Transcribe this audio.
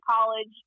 college